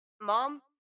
mom